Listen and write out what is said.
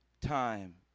time